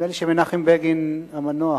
נדמה לי שמנחם בגין המנוח,